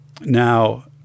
Now